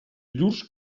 llurs